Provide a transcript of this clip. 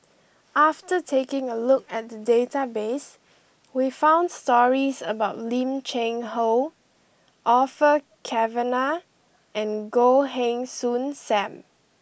after taking a look at the database we found stories about Lim Cheng Hoe Orfeur Cavenagh and Goh Heng Soon Sam